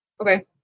Okay